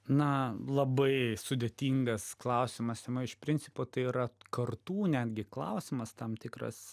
na labai sudėtingas klausimas iš principo tai yra kartų netgi klausimas tam tikras